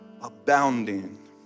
abounding